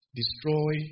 destroy